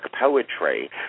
poetry